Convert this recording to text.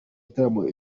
igitaramo